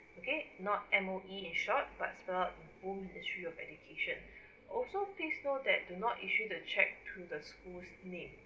okay not M_O_E in short but spell the full ministry of education also please note that do not issue the cheque to the school's name